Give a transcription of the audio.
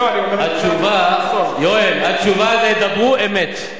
פה צריך תשובות, יואל, התשובה זה: דברו אמת.